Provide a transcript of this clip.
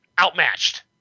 outmatched